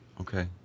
Okay